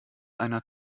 einer